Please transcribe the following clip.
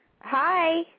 Hi